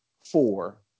four